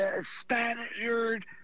Spaniard